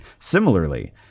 Similarly